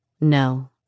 No